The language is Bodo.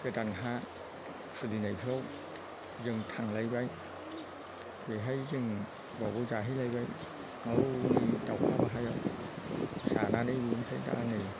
गोदान हा खुलिनायफ्राव जों थांलायबाय बेहाय जों बावबो जाहैलाबाय हौनै दावखा बाहायाव जानानै बिनिफ्राय दा नै